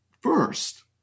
first